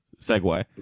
segue